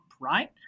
right